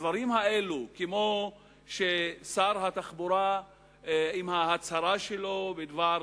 הדברים האלו, כמו ששר התחבורה עם ההצהרה שלו בדבר